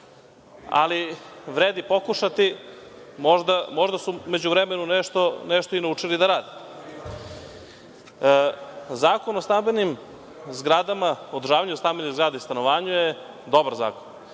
Ali, vredi pokušati, možda su u međuvremenu nešto i naučili da rade. Zakon o stambenim zgradama, o održavanju stambenih zgrada i stanovanju je dobar zakon.